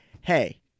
Hey